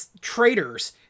traitors